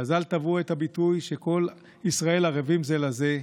חז"ל טבעו את הביטוי: כל ישראל ערבים זה לזה.